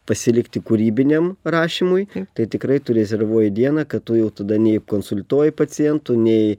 pasilikti kūrybiniam rašymui tai tikrai tu rezervuoji dieną kad tu jau tada nei konsultuoji pacientų nei